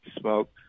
smoke